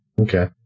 Okay